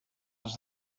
was